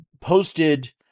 posted